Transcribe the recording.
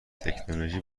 تکنولوژی